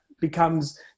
becomes